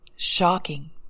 shocking